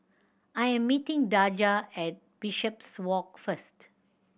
I am meeting Daja at Bishopswalk first